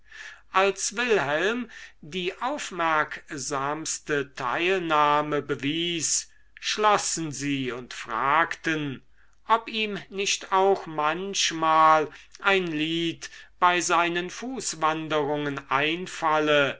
als wilhelm die aufmerksamste teilnahme bewies schlossen sie und fragten ob ihm nicht auch manchmal ein lied bei seinen fußwanderungen einfalle